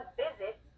visit